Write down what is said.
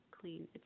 clean